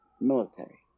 military